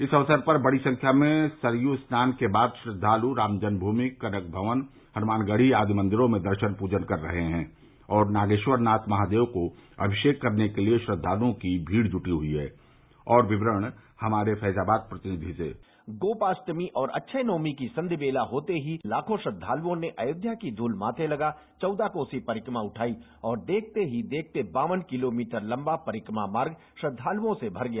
इस अवसर पर बड़ी संख्या में सरयू स्नान के बाद श्रद्दालु राषजन्ममूमि कनक भवन हनुमानगढ़ी आदि मंदिरों में दर्शन पूजन कर रहे हैं और नागेश्वरनाथ महादेव को अभिषेक करने के लिए श्रद्वालुओं की भीड़ जुटी हुई हैऔर विक्रण हमारे फैजाबाद प्रतिनिधि से गोपाप्टमी और अक्षय नवमी की संधि बेला होते ही लाखों श्रद्धालुओं ने अयोध्या की धूल माथे लगा चौदह कोसी परिक्रमा उठाई और देखते ही देखते बावन किलोमीटर लम्बा परिक्रमा मार्ग श्रद्धाल्ओं से बर गया